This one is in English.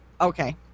okay